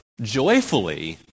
joyfully